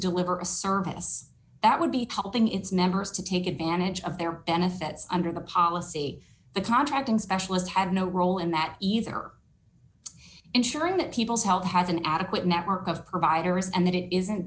deliver a service that would be helping its members to take advantage of their benefits under the policy the contracting specialist had no role in that either ensuring that people's health has an adequate network of providers and that it isn't